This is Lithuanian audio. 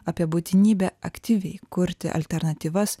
apie būtinybę aktyviai kurti alternatyvas